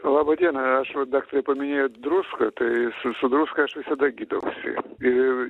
laba diena aš va daktarė paminėjo druską tai su su druska aš visada gydausi ir